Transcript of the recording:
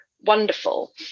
wonderful